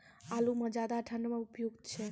आलू म ज्यादा ठंड म उपयुक्त छै?